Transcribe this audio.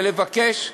ולבקש מחברי,